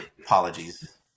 Apologies